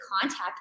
contact